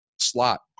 slot